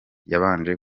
yabanje